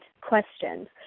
questions